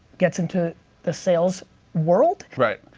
gets into the sales world. right.